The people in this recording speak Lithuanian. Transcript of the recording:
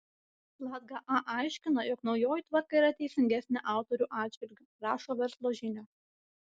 latga a aiškina jog naujoji tvarka yra teisingesnė autorių atžvilgiu rašo verslo žinios